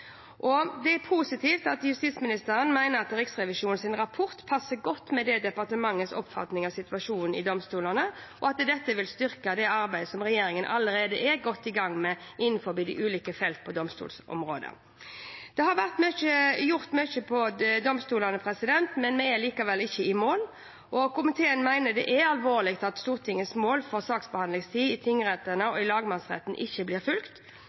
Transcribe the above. Det er positivt at justisministeren menter at Riksrevisjonens rapport passer godt med departementets oppfatning av situasjonen i domstolene, og at dette vil styrke det arbeidet som regjeringen allerede er godt i gang med innenfor ulike felt på domstolsområdet. Det har vært gjort mye på domstolene, men vi er likevel ikke i mål. Komiteen mener det er alvorlig at Stortingets mål for saksbehandlingstid i tingrettene og lagmannsrettene ikke blir fulgt.